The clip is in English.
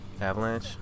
Avalanche